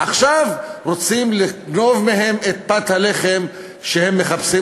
עכשיו רוצים לגנוב מהם את פת הלחם שהם מחפשים